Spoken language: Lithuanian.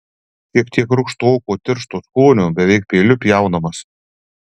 šiek tiek rūgštoko tiršto skonio beveik peiliu pjaunamas